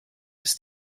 ist